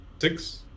Six